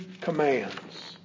commands